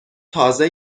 تازه